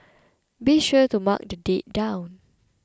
be sure to mark the date down